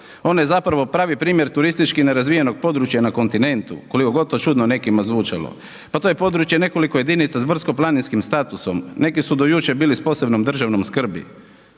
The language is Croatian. Ona je zapravo pravi primjer turistički nerazvijenog područja na kontinentu koliko god to čudno nekima zvučalo. Pa to je područje nekoliko jedinica s brdsko-planinskim statusom, neki su do jučer bili s posebnom državnom skrbi.